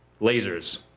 lasers